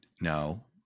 no